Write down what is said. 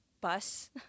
bus